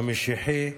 המשיחי,